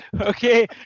okay